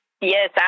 Yes